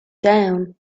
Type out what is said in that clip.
down